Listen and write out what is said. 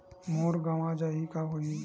मोर गंवा जाहि का होही?